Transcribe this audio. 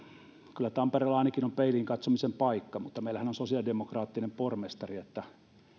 kyllä tampereella ainakin on peiliin katsomisen paikka meillähän on sosiaalidemokraattinen pormestari